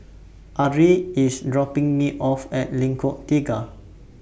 Arie IS dropping Me off At Lengkong Tiga